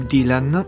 Dylan